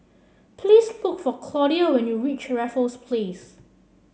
please look for Claudia when you reach Raffles Place